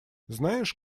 знаешь